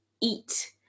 eat